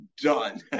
done